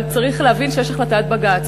אבל צריך להבין שיש החלטת בג"ץ,